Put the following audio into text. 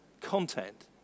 content